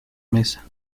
mesa